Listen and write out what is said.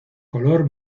color